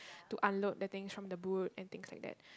to unload the things from the boot and things like that